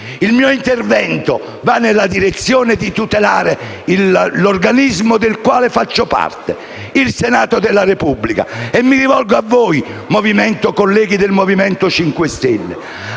il mio intervento va nella direzione di tutelare l'organismo del quale faccio parte, il Senato della Repubblica. Mi rivolgo poi a voi, colleghi del Movimento 5 Stelle,